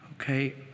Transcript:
Okay